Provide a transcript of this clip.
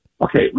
Okay